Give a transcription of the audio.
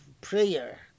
prayer